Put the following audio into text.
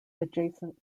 adjacent